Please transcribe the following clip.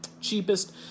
cheapest